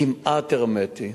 כמעט הרמטי.